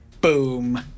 boom